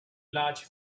large